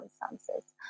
circumstances